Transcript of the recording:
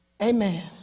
Amen